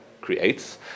creates